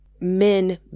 men